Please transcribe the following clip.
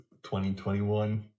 2021